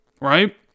right